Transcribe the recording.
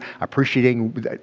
appreciating